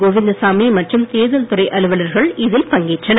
கோவிந்தசாமி மற்றும் தேர்தல் துறை அலுவலர்கள் இதில் பங்கேற்றனர்